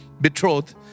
betrothed